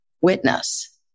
witness